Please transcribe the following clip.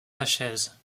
lachaise